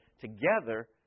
together